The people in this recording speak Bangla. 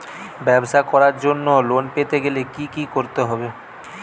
ব্যবসা করার জন্য লোন পেতে গেলে কি কি করতে হবে?